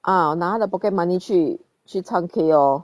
ah 拿她的 pocket money 去去唱 K lor